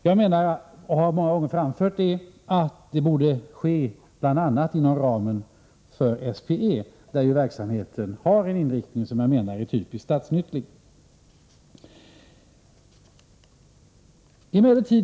Jag menar, och jag har många gånger framfört det, att detta borde ske inom ramen för SPE, där verksamheten har en inriktning som är typiskt statsnyttig.